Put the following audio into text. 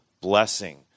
blessing